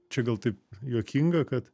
čia gal taip juokinga kad